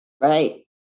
Right